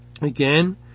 Again